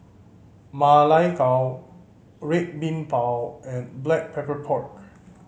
Ma Lai Gao Red Bean Bao and Black Pepper Pork